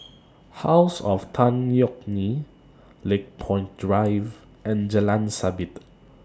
House of Tan Yeok Nee Lakepoint Drive and Jalan Sabit